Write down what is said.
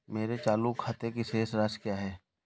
मेरे चालू खाते की शेष राशि क्या है?